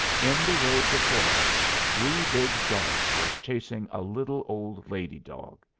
in the road before us three big dogs was chasing a little old lady-dog.